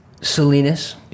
Salinas